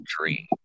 dream